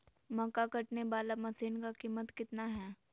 मक्का कटने बाला मसीन का कीमत कितना है?